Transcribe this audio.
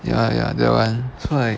ya ya that [one] so like